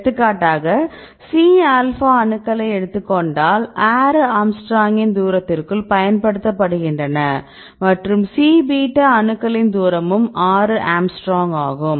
எடுத்துக்காட்டாக C alpha அணுக்களை எடுத்துக் கொண்டால் 6 ஆங்ஸ்ட்ரோமின் தூரத்திற்குள் பயன்படுத்தப்படுகின்றன மற்றும் C பீட்டா அணுக்களின் தூரமும் 6 ஆங்ஸ்ட்ரோம் ஆகும்